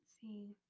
see